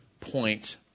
point